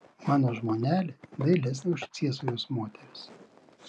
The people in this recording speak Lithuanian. mano žmonelė dailesnė už ciesoriaus moteris